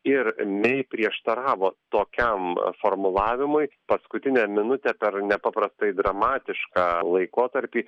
ir mei prieštaravo tokiam formulavimui paskutinę minutę per nepaprastai dramatišką laikotarpį